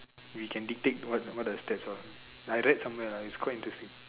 we can dictate what what does that's all I read somewhere lah its quite interesting